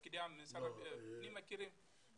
פקידי משרד הפנים מכירים,